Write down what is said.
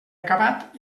acabat